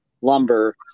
lumber